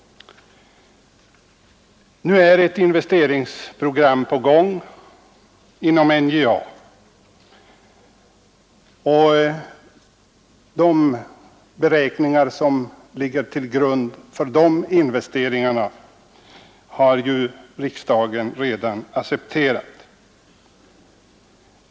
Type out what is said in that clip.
Ett investeringsprogram för NJA är nu på gång. De beräkningar som ligger till grund för dessa har riksdagen redan accepterat.